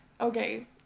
Okay